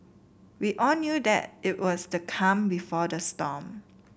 we all knew that it was the calm before the storm